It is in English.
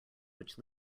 which